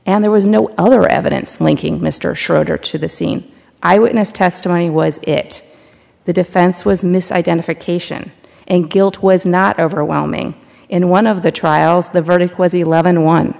and there was no other evidence linking mr schroeder to the scene i witness testimony was it the defense was misidentification and guilt was not overwhelming in one of the trials the verdict was eleven one